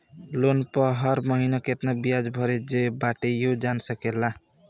loan पअ हर महिना केतना बियाज भरे जे बाटे इहो जान सकेला